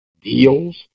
deals